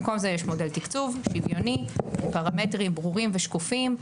במקום זה יש מודל תקצוב שוויוני עם פרמטרים ברורים ושקופים.